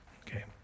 Okay